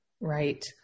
Right